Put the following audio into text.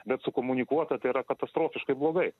bet sukomunikuota tai yra katastrofiškai blogai